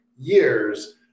years